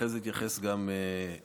ואחרי זה אתייחס גם בנפרד.